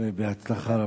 בהצלחה רבה.